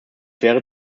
wäre